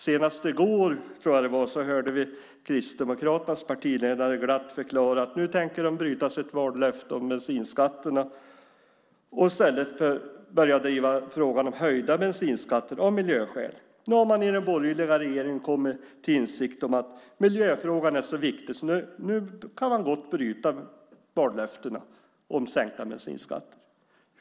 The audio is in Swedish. Senast i går, tror jag det var, hörde vi Kristdemokraternas partiledare glatt förklara att de tänkte bryta sitt vallöfte om bensinskatterna och i stället börja driva frågan om höjda bensinskatter av miljöskäl. Nu har man i den borgerliga regeringen kommit till insikt om att miljöfrågan är så viktig att man gott kan bryta vallöftet om sänkta bensinskatter.